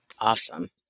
Awesome